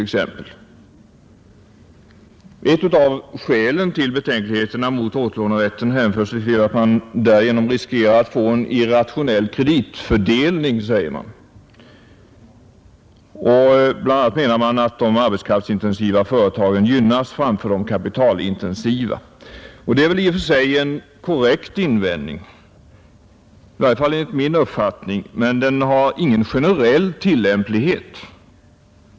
Ett av skälen till betänkligheterna mot återlånerätten hänför sig till att man därigenom riskerar att få en irrationell kreditfördelning, säger man. Bl. a. menar man att de arbetskraftsintensiva företagen gynnas framför de kapitalintensiva. Det är enligt min uppfattning i och för sig en korrekt invändning, men den har ingen generell tillämplighet.